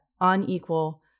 unequal